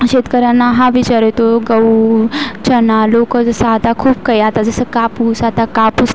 शेतकऱ्यांना हा विचार येतो गहू चणा लोकं जसं आता खूप काही आता जसं कापूस आता कापूस